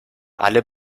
alle